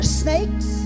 snakes